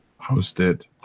hosted